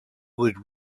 would